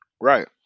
Right